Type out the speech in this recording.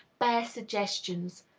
bare suggestions.